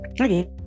Okay